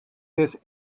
this